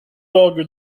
orgue